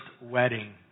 wedding